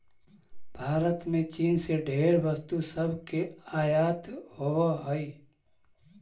भारत में चीन से ढेर वस्तु सब के आयात होब हई